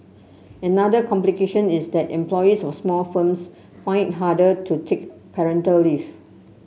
another complication is that employees of small firms find it harder to take parental leave